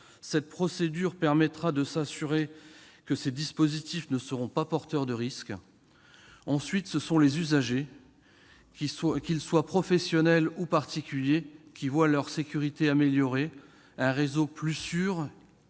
Cette procédure permettra de s'assurer que ces dispositifs ne seront pas porteurs de risques. Les usagers, ensuite, professionnels ou particuliers, voient leur sécurité améliorée : un réseau plus sûr